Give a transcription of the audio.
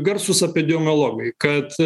garsūs epidemiologai kad